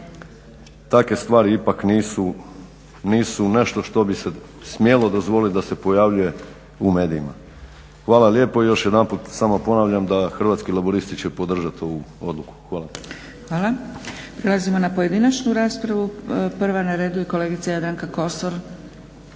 Takve stvari ipak nisu nešto što bi se smjelo dozvolit da se pojavljuje u medijima. Hvala lijepo i još jedanput samo ponavljam da Hrvatski laburisti će podržati ovu odluku. Hvala. **Zgrebec, Dragica (SDP)** Prelazimo na pojedinačnu raspravu. Prva na redu je kolegica Jadranka Kosor.